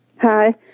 Hi